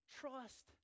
trust